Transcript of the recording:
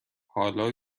حالا